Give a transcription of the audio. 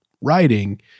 writing